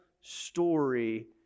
story